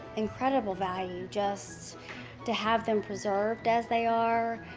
incredible value, just to have them preserved as they are.